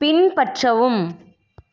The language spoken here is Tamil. பின்பற்றவும்